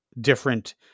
different